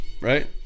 Right